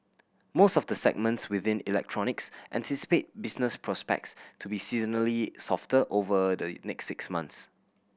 most of the segments within electronics anticipate business prospects to be seasonally softer over the next six months